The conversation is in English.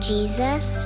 Jesus